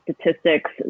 statistics